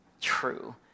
true